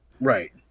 right